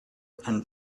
and